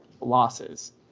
losses